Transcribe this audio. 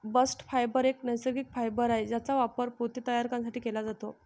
bast fibre एक नैसर्गिक fibre आहे ज्याचा वापर पोते तयार करण्यासाठी केला जातो